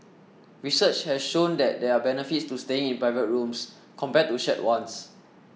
research has shown that there are benefits to staying in private rooms compared to shared ones